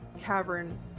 Cavern